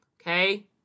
okay